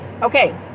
Okay